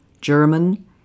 German